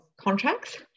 contracts